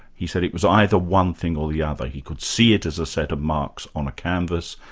he said it was either one thing or the other. he could see it as a set of marks on a canvas,